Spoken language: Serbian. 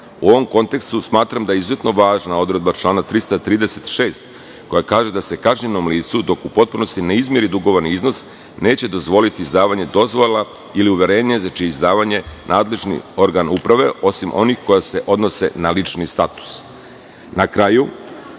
U ovom kontekstu smatram da je izuzetno važna odredba člana 336. koja kaže da se kažnjenom licu, dok u potpunosti ne izmiri dugovani iznos, neće dozvoliti izdavanje dozvola ili uverenje za čije je izdavanje nadležni organ uprave, osim onih koje se odnose na lični status. Na